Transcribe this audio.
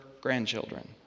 grandchildren